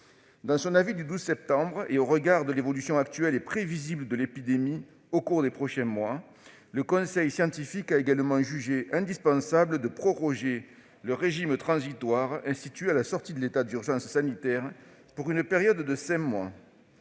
Dans son avis du 12 septembre dernier, et au regard de l'évolution actuelle et prévisible de l'épidémie au cours des prochains mois, le conseil scientifique a également jugé indispensable de proroger le régime transitoire institué à la sortie de l'état d'urgence sanitaire pour une période de cinq mois.